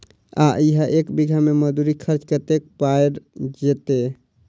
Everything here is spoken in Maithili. आ इहा एक बीघा मे मजदूरी खर्च कतेक पएर जेतय?